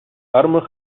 armen